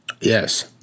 Yes